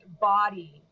body